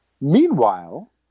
Meanwhile